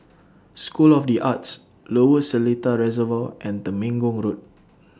School of The Arts Lower Seletar Reservoir and Temenggong Road